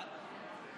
בבקשה.